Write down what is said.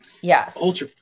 Yes